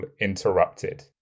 Interrupted